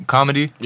Comedy